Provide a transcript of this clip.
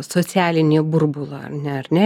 socialinį burbulą ne ar ne